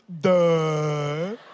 Duh